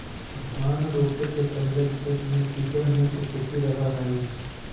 धान रोपे के पहिले खेत में कीचड़ निअन स्थिति रहऽ हइ